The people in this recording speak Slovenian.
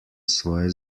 svoje